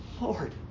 Lord